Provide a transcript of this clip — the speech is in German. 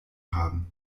haben